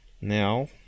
Now